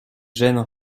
gènes